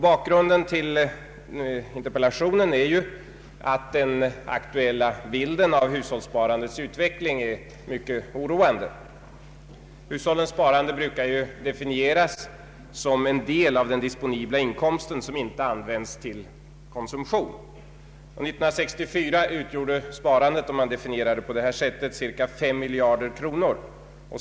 Bakgrunden till min interpellation är att den aktuella bilden av hushållssparandets utveckling är mycket oroande. Hushållens sparande brukar ju definieras som den del av den disponibla inkomsten som inte används till konsumtion. År 1984 utgjorde sparandet, om man definierar det på detta sätt, cirka 5 miljarder kronor.